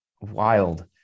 wild